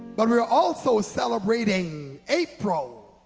but we're also celebrating april